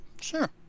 Sure